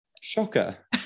Shocker